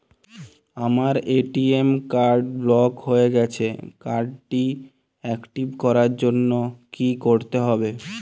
আমার ATM card block হয়ে গেছে কার্ড টি একটিভ করার জন্যে কি করতে হবে?